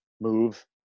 move